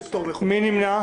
מי נמנע?